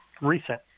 recent